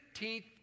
15th